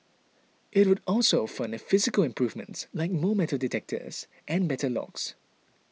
it would also fund physical improvements like more metal detectors and better locks